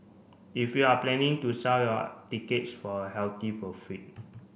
if you're planning to sell your tickets for a healthy profit